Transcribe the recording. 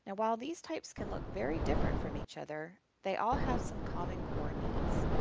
and while these types can look very different from each other, they all have some common core needs.